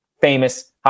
famous